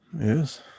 Yes